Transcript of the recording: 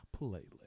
playlist